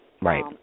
Right